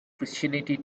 christianity